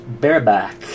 bareback